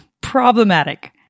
Problematic